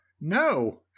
No